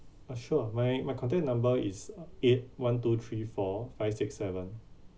uh sure my my contact number is eight one two three four five six seven